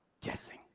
guessing